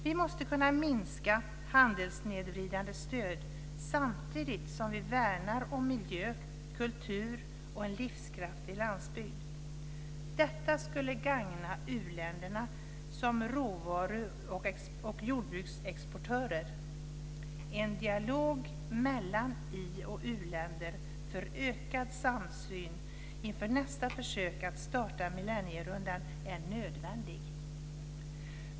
Vi måste kunna minska handelssnedvridande stöd samtidigt som vi värnar om miljö, kultur och en livskraftig landsbygd. Detta skulle gagna u-länderna som råvaruoch jordbruksexportörer. En dialog mellan i och uländer för ökad samsyn inför nästa försök att starta millennierundan är nödvändig.